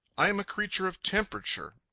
i am a creature of temperature.